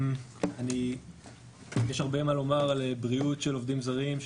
יש לי הרבה מה לומר על בריאות של עובדים זרים,